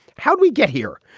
how do we get here?